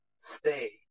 stay